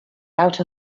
out